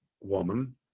woman